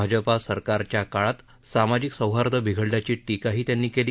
भाजपा सरकारच्या काळात सामाजिक सौहार्द बिघडल्याची टीकाही त्यांनी केली